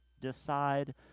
decide